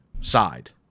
side